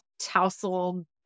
tousled